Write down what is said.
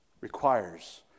requires